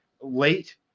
late